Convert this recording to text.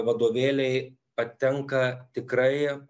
vadovėliai patenka tikrai